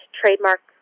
trademark